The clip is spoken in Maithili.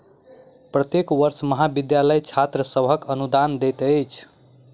प्रत्येक वर्ष महाविद्यालय छात्र सभ के अनुदान दैत अछि